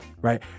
right